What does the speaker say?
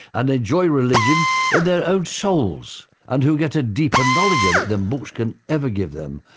and enjoy religion in their own souls and who get a deeper knowledge of it than books can ever give them,